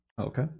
Okay